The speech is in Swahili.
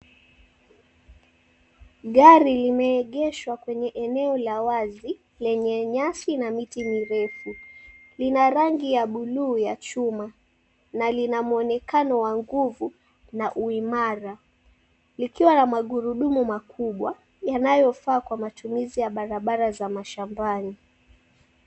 Gari limeegeshwa kwenye eneo la wazi lenye nyasi na miti mirefu. Lina rangi ya buluu ya chuma na lina muonekano wa nguvu na uimara likiwa na magurudumu makubwa yanayofaa kwa matumizi ya barabara za mashambani.